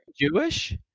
jewish